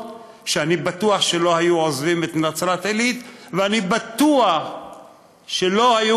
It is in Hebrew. שאני בטוח שלא היו עוזבות את נצרת-עילית ואני בטוח שלא היו